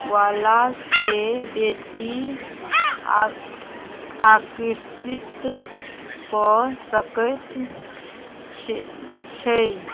वाला के बेसी आ आकर्षित कऽ सकैत छ छै